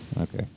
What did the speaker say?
okay